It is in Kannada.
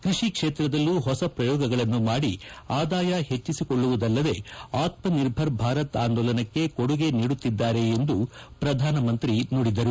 ಕೃಷಿ ಕ್ಷೇತ್ರದಲ್ಲೂ ಹೊಸ ಪ್ರಯೋಗಗಳನ್ನು ಮಾಡಿ ಆದಾಯ ಹೆಚ್ಚಿಸಿಕೊಳ್ಳುವುದಲ್ಲದೇ ಆತ್ವನಿರ್ಭರ್ ಭಾರತ್ ಆಂದೋಲನಕ್ಕೆ ಕೊಡುಗೆ ನೀಡುತ್ತಿದ್ದಾರೆ ಎಂದು ಪ್ರಧಾನಮಂತ್ರಿ ನುಡಿದರು